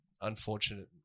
unfortunate